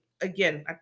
again